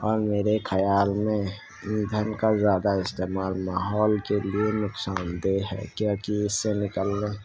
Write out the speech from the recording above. اور میرے خیال میں ایندھن کا زیادہ استعمال ماحول کے لیے نقصان دہ ہے کیوںکہ اس سے نکلنے